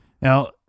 Now